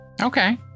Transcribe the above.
Okay